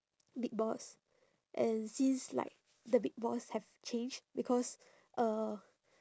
big boss and since like the big boss have changed because uh